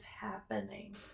happening